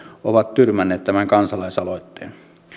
ovat tyrmänneet tämän kansalaisaloitteen